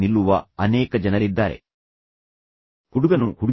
ಅಂದರೆ ಅವನು ಈಗಾಗಲೇ ತನ್ನ ತಂದೆಯ ಮೇಲೆ ಆರೋಪ ಮಾಡಿದ್ದಾನೆ